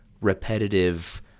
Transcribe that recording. repetitive